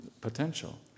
potential